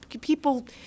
people